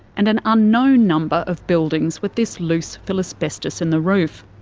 and an unknown number of buildings with this loose fill asbestos in the roof.